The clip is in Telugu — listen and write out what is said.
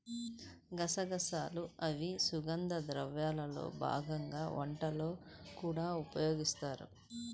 గసగసాలు అనేవి సుగంధ ద్రవ్యాల్లో భాగంగా వంటల్లో కూడా ఉపయోగిస్తారు